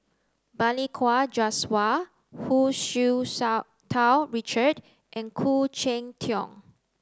Balli Kaur Jaswal Hu Tsu Tau Richard and Khoo Cheng Tiong